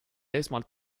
esmalt